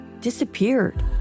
disappeared